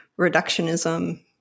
reductionism